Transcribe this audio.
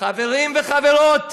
חברים וחברות,